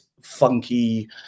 funky